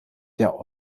der